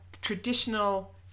traditional